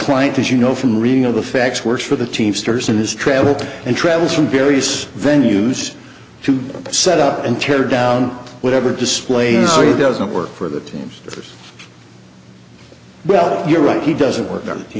client is you know from reading of the facts works for the teamsters in his travels and travels from various venues to set up and tear down whatever display is really doesn't work for the teamsters well you're right he doesn't work